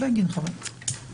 ונקבעת כך שניתן